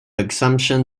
exemption